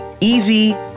easy